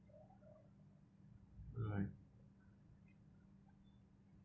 right